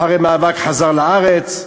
אחרי מאבק חזר לארץ.